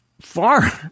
far